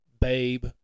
Babe